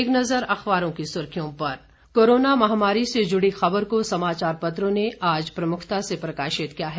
एक नज़र अखबारों की सुर्खियों पर कोरोना महामारी से जुड़ी खबर को समाचार पत्रों ने आज प्रमुखता से प्रकाशित किया है